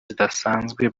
zidasanzwe